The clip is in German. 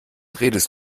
redest